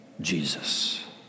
Jesus